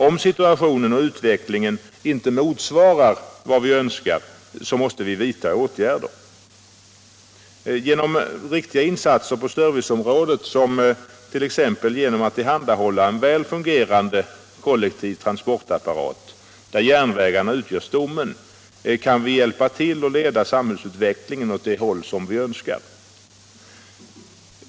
Om situationen och utvecklingen inte motsvarar vad vi önskar måste vi vidta åtgärder. Genom riktiga insatser på serviceområdet, t.ex. genom att tillhandahålla en väl fungerande kollektiv transportapparat där järnvägarna utgör stommen, kan vi hjälpa till att leda samhällsutvecklingen åt det håll vi önskar.